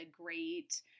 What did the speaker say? great